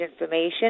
information